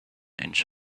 inch